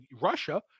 russia